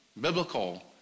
Biblical